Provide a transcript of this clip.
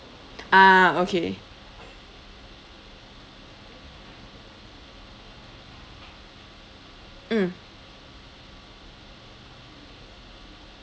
ah okay mm